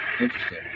Interesting